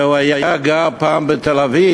והוא היה גר פעם בתל-אביב,